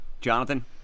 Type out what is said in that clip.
Jonathan